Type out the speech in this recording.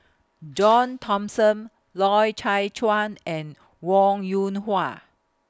John Thomson Loy Chye Chuan and Wong Yoon Hwa